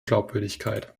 glaubwürdigkeit